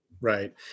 Right